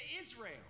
Israel